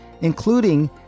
including